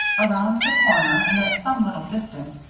around the corner, and at some little distance,